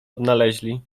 odnaleźli